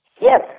Yes